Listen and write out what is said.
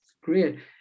great